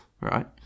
right